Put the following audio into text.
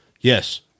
Yes